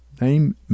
Name